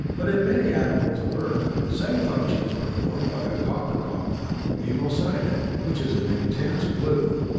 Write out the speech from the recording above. but in many animals of earth, the same function is performed by a copper compound, hemocyanin, which is an intense blue.